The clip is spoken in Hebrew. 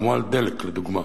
כמו על דלק לדוגמה,